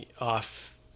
off